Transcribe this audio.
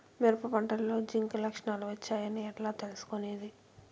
మిరప పంటలో జింక్ లక్షణాలు వచ్చాయి అని ఎట్లా తెలుసుకొనేది?